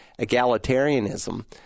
egalitarianism